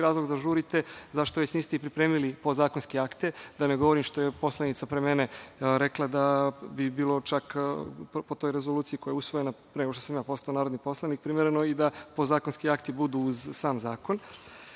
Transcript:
razlog da žurite, zašto već niste i pripremili podzakonske akte, da ne govorim što je poslanica pre mene rekla da bi bilo čak po toj rezoluciji koja je usvojena pre nego što sam ja postao narodni poslanik, primereno i da podzakonski akti budu uz sam zakon. Niste